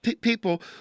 people